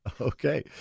Okay